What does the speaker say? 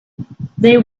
they